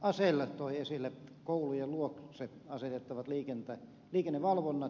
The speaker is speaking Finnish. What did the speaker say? asell toi esille koulujen luokse asetettavat liikennevalvonnat